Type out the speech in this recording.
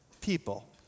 people